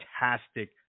fantastic